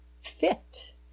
fit